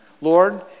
Lord